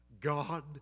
God